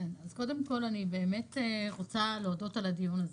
קודם כול, אני רוצה להודות על הדיון הזה.